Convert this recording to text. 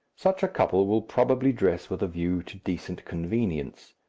such a couple will probably dress with a view to decent convenience,